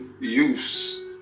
use